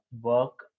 work